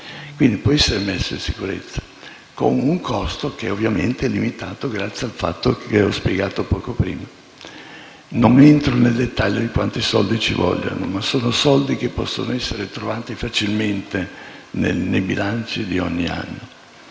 ma la salvaguardia sì - con un costo che ovviamente è limitato grazie al fatto che ho spiegato poco prima. Non entro nel dettaglio di quanti soldi ci vogliono, ma sono soldi che possono essere trovati facilmente nei bilanci di ogni anno.